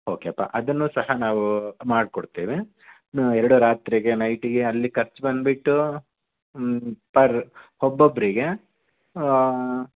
ಓಕೆಪಾ ಅದನ್ನು ಸಹ ನಾವು ಮಾಡಿಕೊಡ್ತೇವೆ ಎರಡು ರಾತ್ರಿಗೆ ನೈಟಿಗೆ ಅಲ್ಲಿ ಖರ್ಚು ಬಂದುಬಿಟ್ಟು ಪರ್ ಒಬ್ಬೊಬರಿಗೆ